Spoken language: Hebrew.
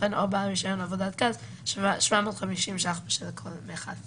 סוכן או בעל רישיון עבודת גז 750 בשל כל מכל''